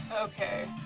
Okay